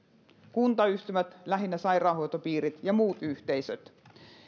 kuntayhtymät lähinnä sairaanhoitopiirit ja muut yhteisöt